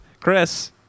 Chris